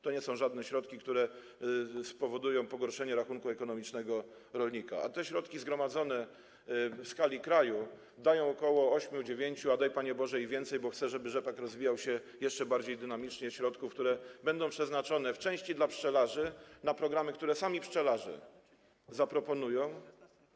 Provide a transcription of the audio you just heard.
To nie są środki, które spowodują pogorszenie rachunku ekonomicznego rolnika, a takie środki zgromadzone w skali kraju dają około 8, 9, a daj, Panie Boże i więcej, bo chcę, żeby rzepak rozwijał się jeszcze bardziej dynamicznie, środków, które będą przeznaczone w części dla pszczelarzy, na programy, które sami pszczelarze zaproponują.